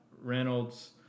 Reynolds